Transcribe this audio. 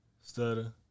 Stutter